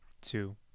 two